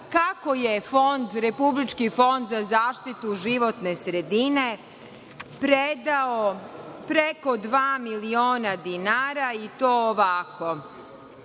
kako je Republički fond za zaštitu životne sredine, predao preko dva miliona dinara i to ovako: